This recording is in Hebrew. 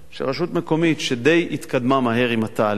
שרשות מקומית שהתקדמה די מהר עם התהליך